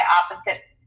opposites